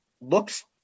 looks